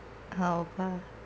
好 bah